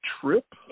trip